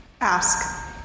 Ask